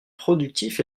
productif